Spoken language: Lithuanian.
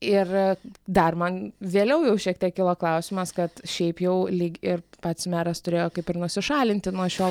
ir dar man vėliau jau šiek tiek kilo klausimas kad šiaip jau lyg ir pats meras turėjo kaip ir nusišalinti nuo šio